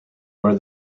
were